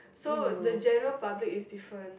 so the general public is different